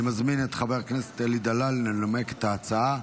אני מזמין את חבר הכנסת אלי דלל לנמק את ההצעה.